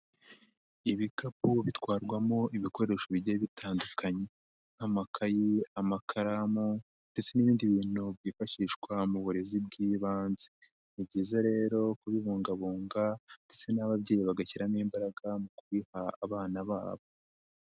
Ibikapu bitwarwamo ibikoresho bigiye bitandukanye. Nk'amakayi, amakaramu ndetse n'ibindi bintu byifashishwa mu burezi bw'ibanze. Ni byiza rero kubibungabunga ndetse n'ababyeyi bagashyiramo imbaraga mu kubiha abana babo.